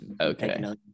okay